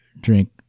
drink